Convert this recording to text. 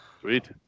Sweet